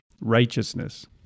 righteousness